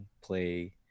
play